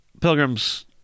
pilgrims